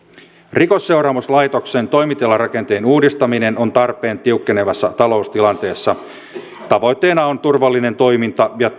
rikosseuraamuslaitoksen toimitilarakenteen uudistaminen on tarpeen tiukkenevassa taloustilanteessa tavoitteena on turvallinen toiminta ja